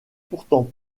pourtant